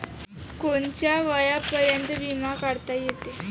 कोनच्या वयापर्यंत बिमा काढता येते?